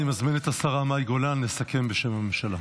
אני מזמין את השרה מאי גולן לסכם בשם הממשלה.